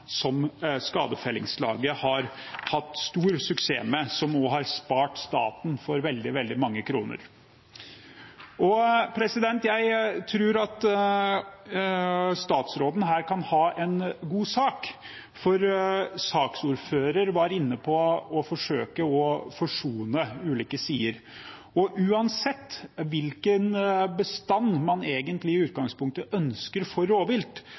som skadefellingslagene har hatt stor suksess med, og som også har spart staten for veldig mange kroner. Jeg tror at statsråden her kan ha en god sak, for saksordføreren var inne på å forsøke å forsone ulike sider. Uansett hvilken bestand man egentlig i utgangspunktet ønsker for rovvilt,